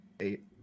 eight